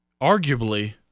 arguably